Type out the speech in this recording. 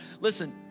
Listen